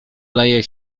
leje